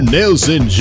Nelson